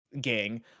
gang